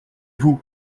vous